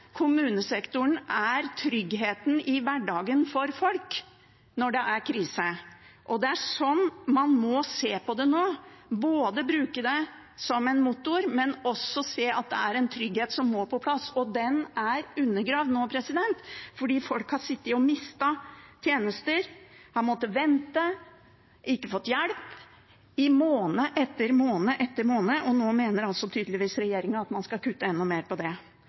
kommunesektoren er tryggheten i hverdagen for folk når det er krise, og det er sånn man må se på det nå, ikke bare bruke det som en motor, men også se at det er en trygghet som må på plass. Den er undergravd nå, for folk har sittet og mistet tjenester, har måttet vente og ikke fått hjelp i måned etter måned etter måned, og nå mener altså tydeligvis regjeringen at man skal kutte enda mer på det.